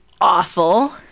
awful